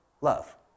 love